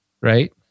right